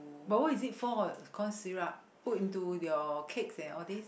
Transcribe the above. but what is it for cough syrup put into your cakes and all these